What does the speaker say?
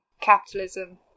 capitalism